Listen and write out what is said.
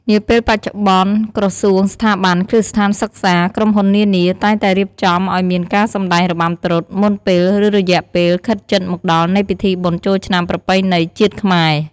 នាពេលបច្ចុប្បន្នក្រសួង ស្ថាប័ន គ្រឹះស្ថានសិក្សា ក្រុមហ៊ុននានា តែងតែរៀបចំឱ្យមានការសម្តែងរបាំត្រុដិ មុនពេល ឬរយៈពេលខិតជិតមកដល់នៃពិធីបុណ្យចូលឆ្នាំប្រពៃណីជាតិខ្មែរ។